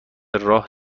راه